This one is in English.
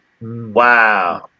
Wow